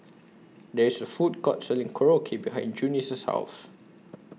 There IS A Food Court Selling Korokke behind Junie's House